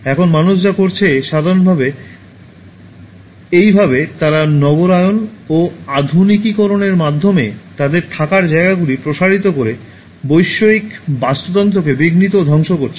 এখন মানুষ যা করেছে সাধারণভাবে এইভাবে তারা নগরায়ন ও আধুনিকীকরণের মাধ্যমে তাদের থাকার জায়গাগুলি প্রসারিত করে বৈশ্বিক বাস্তুতন্ত্রকে বিঘ্নিত ও ধ্বংস করেছে